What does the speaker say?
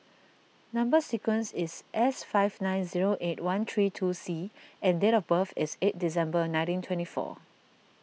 Number Sequence is S five nine zero eight one three two C and date of birth is eight December nineteen twenty four